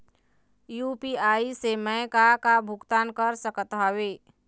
UPI से मैं का का के भुगतान कर सकत हावे?